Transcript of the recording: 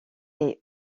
est